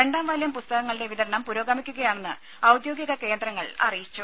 രണ്ടാം വാല്യം പുസ്തകങ്ങളുടെ വിതരണം പുരോഗമിക്കുകയാണെന്ന് ഔദ്യോഗിക കേന്ദ്രങ്ങൾ അറിയിച്ചു